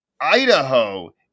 Idaho